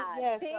yes